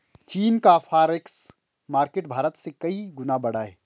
चीन का forex market Bharat से कई गुना बड़ा है